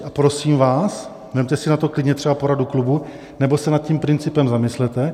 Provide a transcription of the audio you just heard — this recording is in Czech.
A prosím vás, vezměte si na to klidně třeba poradu klubu nebo se nad tím principem zamyslete.